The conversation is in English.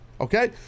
okay